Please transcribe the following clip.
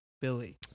Billy